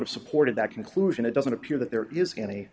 have supported that conclusion it doesn't appear that there is any